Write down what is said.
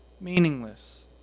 meaningless